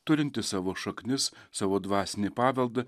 turintis savo šaknis savo dvasinį paveldą